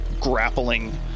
grappling